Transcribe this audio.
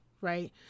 right